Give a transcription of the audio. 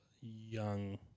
Young